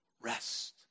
rest